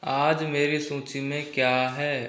आज मेरी सूची में क्या है